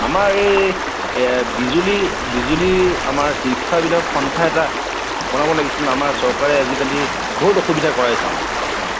আমাৰ এই এ বিজুলি বিজুলিৰ আমাৰ সন্থা এটা বনাব লাগিছিলে ন' আমাৰ চৰকাৰে আজিকালি বহুত অসুবিধা কৰাইছে আমাৰ আমাক